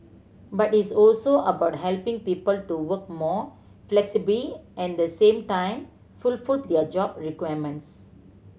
but it's also about helping people to work more flexibly and at the same time fulfil their job requirements